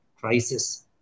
crisis